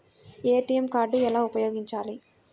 ATM card ఎలా ఉపయోగించాలి?